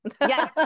Yes